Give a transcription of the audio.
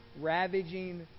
ravaging